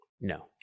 No